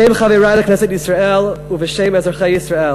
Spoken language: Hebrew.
בשם חברי לכנסת ישראל ובשם אזרחי ישראל,